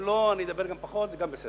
אם לא, אני אדבר גם פחות, זה גם בסדר.